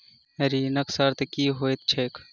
ऋणक शर्त की होइत छैक?